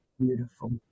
Beautiful